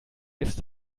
ist